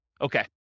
Okay